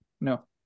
No